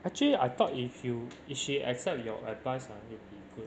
actually I thought if you if she accept your advice ah it'll be good